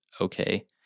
okay